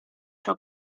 ciò